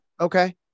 okay